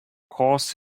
course